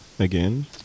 again